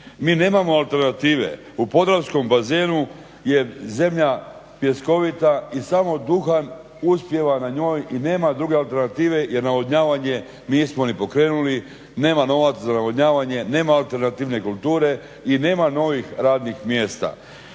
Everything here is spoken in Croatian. Mi nemamo alternative. U podravskom bazenu je zemlja pjeskovita i samo duhan uspijeva na njoj i nema druge alternative jer navodnjavanje nismo ni pokrenuli, nema novaca za navodnjavanje, nema alternativne kulture i nema novih radnih mjesta.